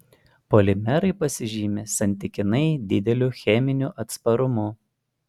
polimerai pasižymi santykinai dideliu cheminiu atsparumu